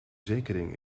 zekering